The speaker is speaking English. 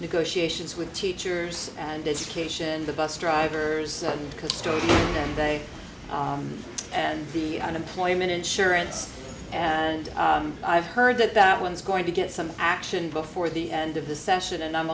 negotiations with teachers and education the bus drivers because job day and the unemployment insurance and i've heard that that one's going to get some action before the end of the session and i'm